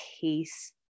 case